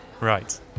Right